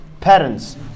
Parents